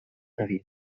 havia